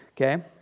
okay